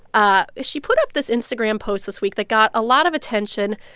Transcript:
ah she put up this instagram post this week that got a lot of attention,